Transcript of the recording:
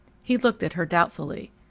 he looked at her doubtfully.